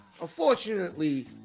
unfortunately